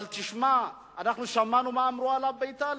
אבל תשמע, אנחנו שמענו מה אמרו עליו באיטליה,